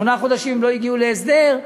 שלא הגיעו בהם להסדר,